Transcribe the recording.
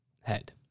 head